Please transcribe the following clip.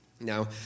Now